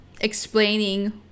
explaining